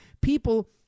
people